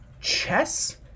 chess